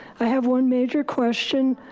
i have one major question.